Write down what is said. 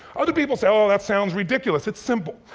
other people say, oh, that sounds ridiculous. it's simple.